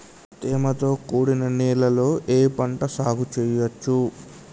తేమతో కూడిన నేలలో ఏ పంట సాగు చేయచ్చు?